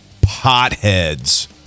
potheads